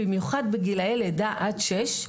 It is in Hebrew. במיוחד בגילאי לידה עד שש,